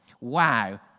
wow